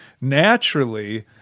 Naturally